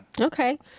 Okay